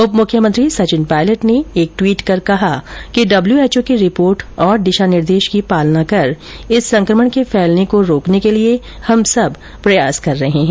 उप मुख्यमंत्री सचिन पायलट ने एक ट्वीट कर कहा है कि डब्लूएचओ की रिपोर्ट और दिशा निर्देश की पालना कर इस संकमण के फैलने को रोकने के लिए हम सब प्रयासरत है